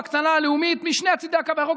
בהקצנה הלאומית משני צידי הקו הירוק.